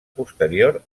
posterior